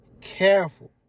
careful